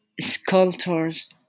sculptors